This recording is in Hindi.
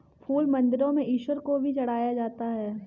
फूल मंदिरों में ईश्वर को भी चढ़ाया जाता है